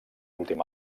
últim